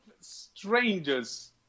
Strangers